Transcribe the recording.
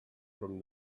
from